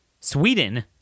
Sweden